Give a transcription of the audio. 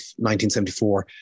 1974